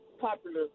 popular